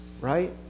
right